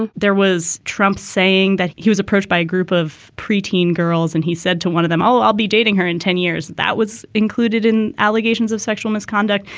and there was trump saying that he was approached by a group of pre-teen girls and he said to one of them, oh, i'll be dating her in ten years. that was included in allegations of sexual misconduct.